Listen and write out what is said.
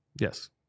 Yes